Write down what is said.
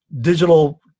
digital